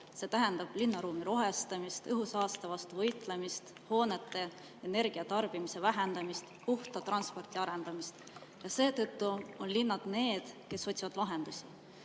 See tähendab linnaruumi rohestamist, õhusaaste vastu võitlemist, hoonete energiatarbimise vähendamist, puhta transpordi arendamist. Seetõttu on linnad need, kes otsivad lahendusi.